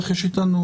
כפי שנאמר קודם,